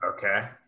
Okay